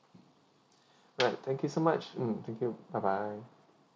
alright thank you so much mm thank you bye bye